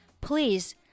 Please